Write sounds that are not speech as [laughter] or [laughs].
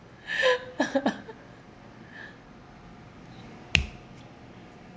[laughs]